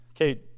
okay